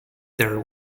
there